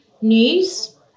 news